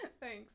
Thanks